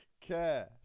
Cash